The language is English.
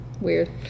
weird